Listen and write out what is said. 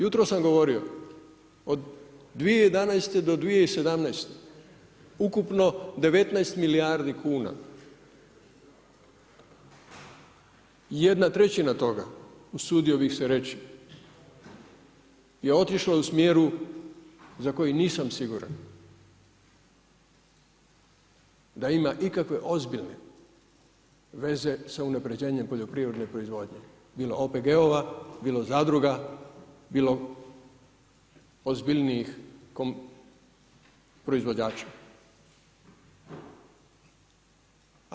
Jutros sam govorio, od 2011. do 2017. ukupno 19 milijardi kuna, 1/3 toga usudio bih se reći je otišla u smjeru za koji nisam siguran da ima ikakve ozbiljne veze sa unapređenjem poljoprivredne proizvodnje, bilo OPG-ova, bilo zadruga bilo ozbiljnijih proizvođača.